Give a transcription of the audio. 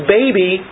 baby